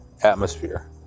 Atmosphere